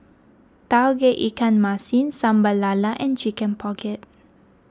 Tauge Ikan Masin Sambal Lala and Chicken Pocket